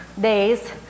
days